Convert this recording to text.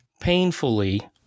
painfully